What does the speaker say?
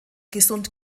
gesund